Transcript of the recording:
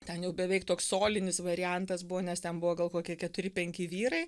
ten jau beveik toks solinis variantas buvo nes ten buvo gal kokie keturi penki vyrai